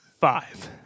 five